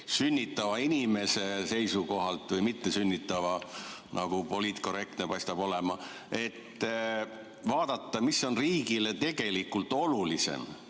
sünnitava inimese seisukohalt – või mittesünnitava, nagu poliitkorrektne paistab olema –, mis on riigile tegelikult olulisem,